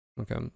Okay